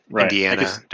Indiana